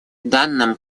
данным